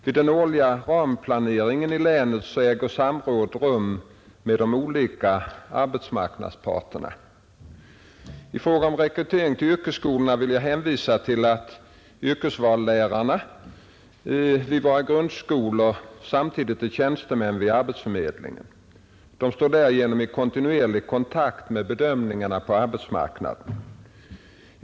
Vid den årliga ramplaneringen i länen äger samråd rum med de lokala arbetsmarknadsparterna. I fråga om rekryteringen till yrkesskolorna vill jag hänvisa till att yrkesvalslärarna vid våra grundskolor samtidigt är tjänstemän vid arbetsförmedlingen. De står därigenom i kontinuerlig kontakt med bedömningarna på arbetsmarknaden.